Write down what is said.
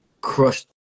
crushed